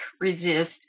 resist